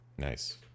nice